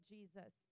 Jesus